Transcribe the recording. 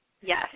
Yes